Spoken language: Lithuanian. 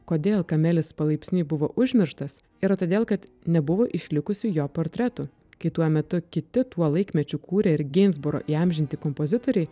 kodėl kamelis palaipsniui buvo užmirštas yra todėl kad nebuvo išlikusių jo portretų kai tuo metu kiti tuo laikmečiu kūrę ir ginsburo įamžinti kompozitoriai